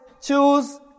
choose